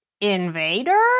Invader